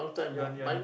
you want you want